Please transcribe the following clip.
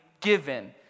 given